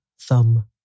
Thumb